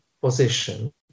position